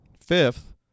Fifth